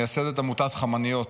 מייסדת עמותת חמניות,